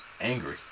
angry